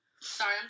Sorry